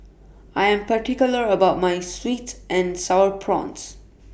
I Am particular about My Sweet and Sour Prawns